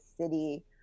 city